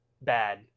bad